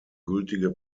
gültige